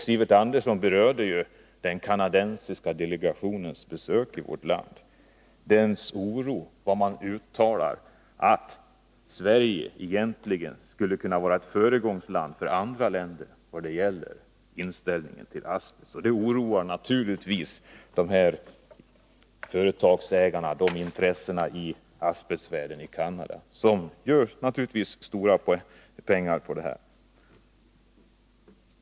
Sivert Andersson berörde den kanadensiska delegationens besök i vårt land och den oro som man uttalat för att Sverige genom att förbjuda import av asbest egentligen skulle kunna vara ett föregångsland för andra länder när det gäller inställningen till asbest. Det oroar naturligtvis de här företagsägarna och asbestintressenterna i Canada, som gör sig stora pengar på asbesten.